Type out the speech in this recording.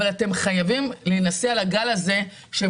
אבל אתם חייבים להינשא על הגל הזה שהם